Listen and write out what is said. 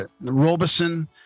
robeson